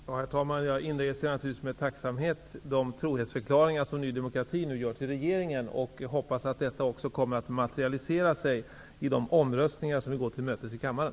Herr talman! Jag inregistrerar naturligtvis med tacksamhet de trohetsförklaringar som Ny demokrati nu gör till regeringen och hoppas att detta också kommer att materialisera sig i de omröstningar som vi går till mötes i kammaren.